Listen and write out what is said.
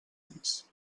anys